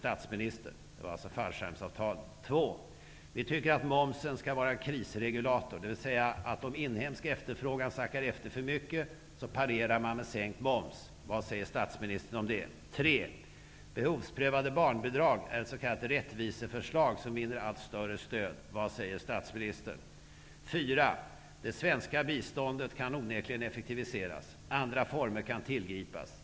2. Vi tycker att momsen skall vara en krisregulator, dvs. om den inhemska efterfrågan sackar efter för mycket, parerar man med sänkt moms. Vad säger statsministern om det? rättviseförslag, som vinner allt större stöd. Vad säger statsministern? 4. Det svenska biståndet kan onekligen effektiviseras. Andra former kan tillgripas.